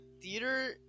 theater